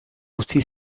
utzi